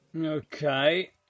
Okay